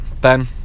Ben